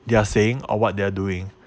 they are saying or what they are doing